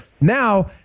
Now